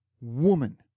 woman